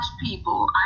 people